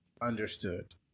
Understood